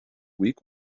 week